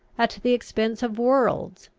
at the expense of worlds,